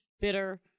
bitter